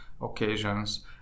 occasions